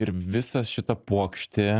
ir visa šita puokštė